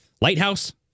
lighthouse